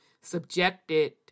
subjected